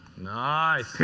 nice.